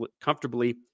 comfortably